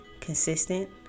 consistent